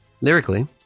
lyrically